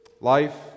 Life